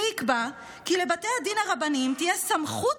וייקבע כי לבתי הדין הרבניים תהיה סמכות